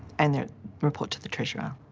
and they report to the treasurer.